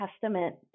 testament